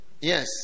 Yes